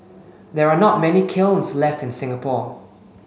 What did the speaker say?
there are not many kilns left in Singapore